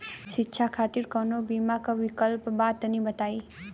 शिक्षा खातिर कौनो बीमा क विक्लप बा तनि बताई?